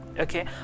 okay